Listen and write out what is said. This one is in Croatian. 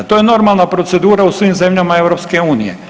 To je normalna procedura u svim zemljama EU.